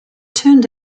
turned